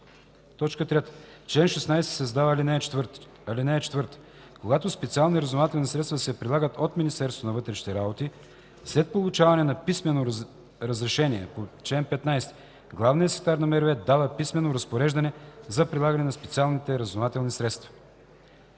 В чл. 16 се създава ал. 4: „(4) Когато специални разузнавателни средства се прилагат от Министерството на вътрешните работи (МВР), след получаване на писменото разрешение по чл. 15 главният секретар на МВР дава писмено разпореждане за прилагане на специалните разузнавателни средства.”